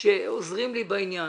שעוזרים לי בעניין.